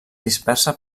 dispersa